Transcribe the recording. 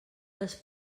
les